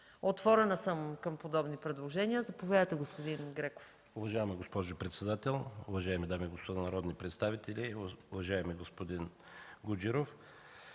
Отворена съм към подобни предложения. Заповядайте, господин Греков. МИНИСТЪР ДИМИТЪР ГРЕКОВ: Уважаема госпожо председател, уважаеми дами и господа народни представители! Уважаеми господин Гуджеров,